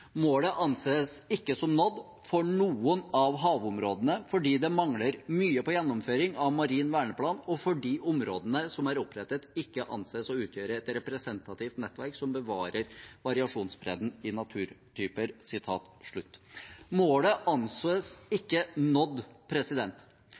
Målet anses ikke som nådd for noen av havområdene fordi det mangler mye på gjennomføring av marin verneplan og fordi områdene som er opprettet ikke anses å utgjøre et representativt nettverk som bevarer variasjonsbredden i naturtyper.»